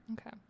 Okay